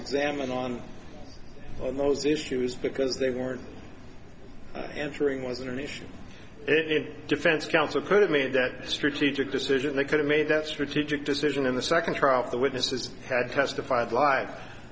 examine on on those issues because they weren't answering wasn't an issue it defense counsel could've made that strategic decision they could've made that strategic decision in the second trial if the witnesses had testified li